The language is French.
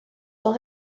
sont